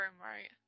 right